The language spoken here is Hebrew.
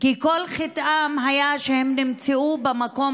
כי כל חטאם היה שהם נמצאו באותו מקום,